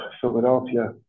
Philadelphia